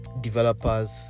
developers